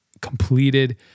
completed